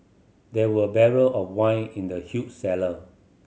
there were barrel of wine in the huge cellar